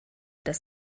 dass